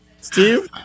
Steve